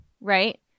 right